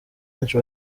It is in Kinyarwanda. benshi